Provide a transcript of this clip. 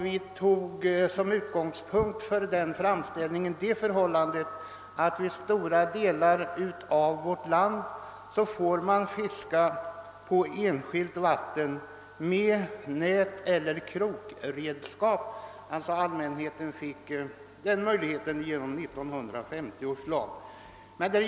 Vi har som utgångspunkt för denna begäran tagit det förhållandet att man i stora delar av vårt land får fiska på enskilt vatten med nät och krokredskap, vilken möjlighet infördes genom 1950 års lag om rätt till fiske.